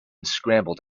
scrambled